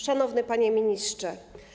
Szanowny Panie Ministrze!